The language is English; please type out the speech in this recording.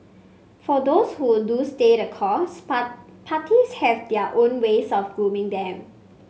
for those who do stay the course parties have their own ways of grooming them